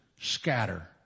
scatter